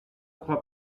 crois